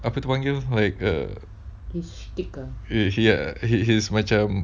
apa tu panggil like err he his macam